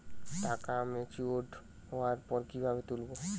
টাকা ম্যাচিওর্ড হওয়ার পর কিভাবে তুলব?